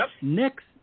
next